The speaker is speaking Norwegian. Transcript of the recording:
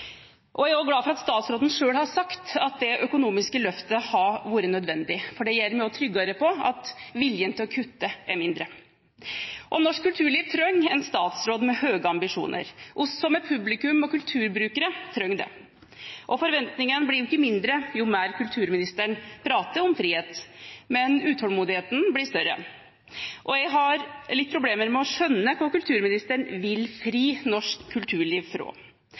Jeg er også glad for at statsråden selv har sagt at det økonomiske løftet har vært nødvendig. Det gjør at man blir tryggere på at viljen til å kutte er mindre. Norsk kulturliv trenger en statsråd med høye ambisjoner. Vi som er publikummere og kulturbrukere, trenger det. Forventningen blir ikke mindre jo mer kulturministeren prater om frihet, men utålmodigheten blir større. Jeg har litt problemer med å skjønne hva kulturministeren vil fri norsk kulturliv